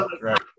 right